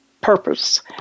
purpose